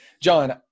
John